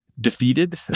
defeated